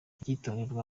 icyitonderwa